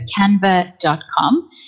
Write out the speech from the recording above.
canva.com